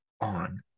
on